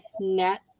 net